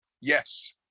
Yes